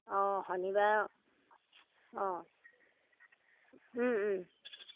অঁ শনিবাৰ অঁ